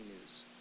news